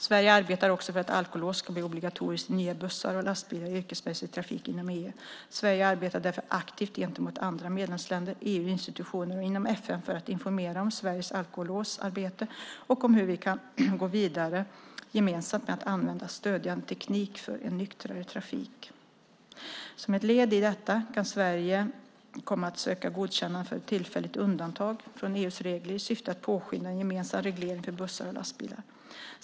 Sverige arbetar också för att alkolås ska bli obligatoriskt i nya bussar och lastbilar i yrkesmässig trafik inom EU. Sverige arbetar därför aktivt gentemot andra medlemsländer, EU-institutioner och inom FN för att informera om Sveriges alkolåsarbete och om hur vi kan gå vidare gemensamt med att använda stödjande teknik för en nyktrare trafik. Som ett led i detta kan Sverige komma att söka godkännande för ett tillfälligt undantag från EU:s regler i syfte att påskynda en gemensam reglering för bussar och lastbilar.